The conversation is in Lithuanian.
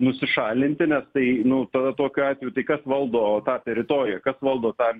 nusišalinti nes tai nu tada tokiu atveju tai kas valdo tą teritoriją kas valdo tą